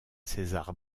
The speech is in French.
césar